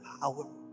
power